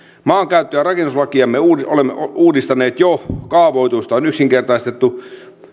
maankäyttö ja rakennuslakiamme olemme uudistaneet jo kaavoitusta on yksinkertaistettu